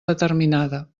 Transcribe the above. determinada